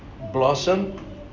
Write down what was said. Blossom